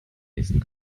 nächsten